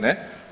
Ne?